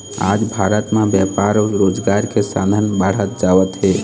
आज भारत म बेपार अउ रोजगार के साधन बाढ़त जावत हे